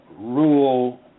rule